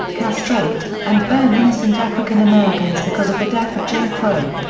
castrate, and burn innocent african americans because of the death of jim crow.